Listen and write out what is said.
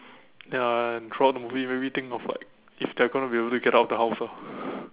ya and throughout the movie it made me think of like if they're gonna be able to get out of the house ah